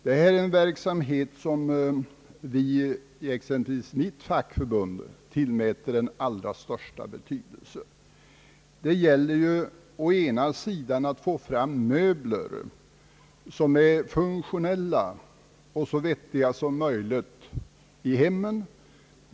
Det är en verksamhet som vi i exempelvis mitt fackförbund tillmäter den allra största betydelse. Det gäller ju å ena sidan att få fram möbler som är så funktionella och så vettiga som möjligt i hemmen.